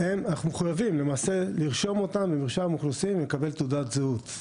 אנחנו מחויבים למעשה לרשום אותם במרשם אוכלוסין לקבל זהות.